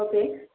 okay